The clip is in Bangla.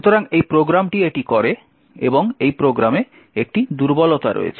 সুতরাং এই প্রোগ্রামটি এটি করে এবং এই প্রোগ্রামে একটি দুর্বলতা রয়েছে